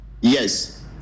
Yes